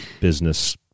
business